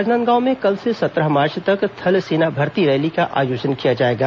राजनांदगांव में कल से सत्रह मार्च तक थल सेना भर्ती रैली का आयोजन किया जाएगा